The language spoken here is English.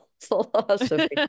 philosophy